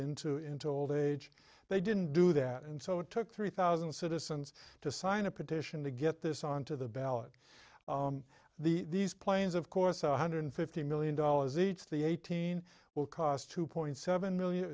into into old age they didn't do that and so it took three thousand citizens to sign a petition to get this on to the ballot these planes of course one hundred fifty million dollars each the eighteen will cost two point seven